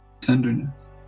tenderness